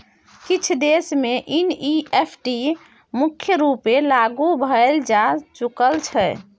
किछ देश मे एन.इ.एफ.टी मुख्य रुपेँ लागु कएल जा चुकल छै